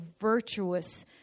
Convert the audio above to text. virtuous